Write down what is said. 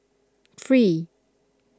three